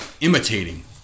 imitating